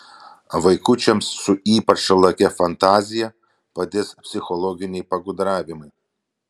vaikučiams su ypač lakia fantazija padės psichologiniai pagudravimai